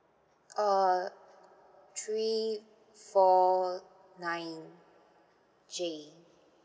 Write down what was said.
err three four nine J